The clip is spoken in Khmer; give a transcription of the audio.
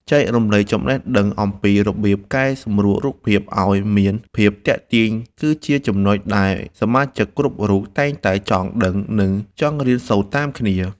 ចែករំលែកចំណេះដឹងអំពីរបៀបកែសម្រួលរូបភាពឱ្យមានភាពទាក់ទាញគឺជាចំណុចដែលសមាជិកគ្រប់រូបតែងតែចង់ដឹង និង ចង់រៀនសូត្រតាមគ្នា។